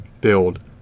build